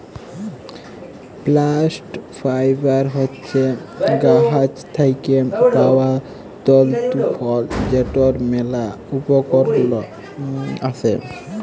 plant fibre হছে গাহাচ থ্যাইকে পাউয়া তল্তু ফল যেটর ম্যালা উপকরল আসে